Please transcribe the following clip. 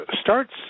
starts